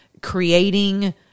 creating